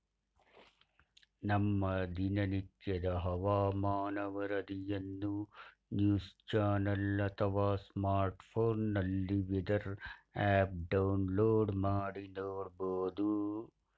ನಮ್ಮ ದಿನನಿತ್ಯದ ಹವಾಮಾನ ವರದಿಯನ್ನು ನ್ಯೂಸ್ ಚಾನೆಲ್ ಅಥವಾ ಸ್ಮಾರ್ಟ್ಫೋನ್ನಲ್ಲಿ ವೆದರ್ ಆಪ್ ಡೌನ್ಲೋಡ್ ಮಾಡಿ ನೋಡ್ಬೋದು